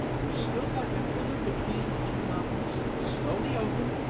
which stood like a pillar between the two mountains, slowly open,